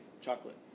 chocolate